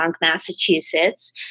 Massachusetts